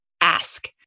ask